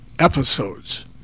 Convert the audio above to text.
episodes